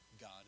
God